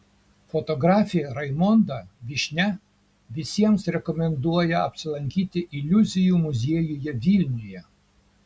fotografė raimonda vyšnia visiems rekomenduoja apsilankyti iliuzijų muziejuje vilniuje